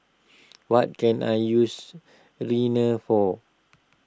what can I use Rene for